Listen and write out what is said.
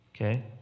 okay